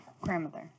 grandmother